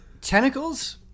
Tentacles